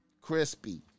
crispy